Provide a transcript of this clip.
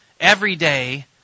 everyday